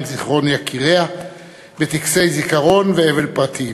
זיכרון יקירה בטקסי זיכרון ואבל פרטיים.